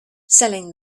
selling